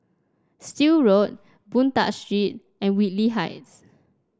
Still Road Boon Tat Street and Whitley Heights